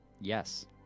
Yes